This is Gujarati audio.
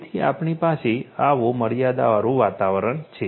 તેથી આપણી પાસે આવું મર્યાદાવાળું વાતાવરણ છે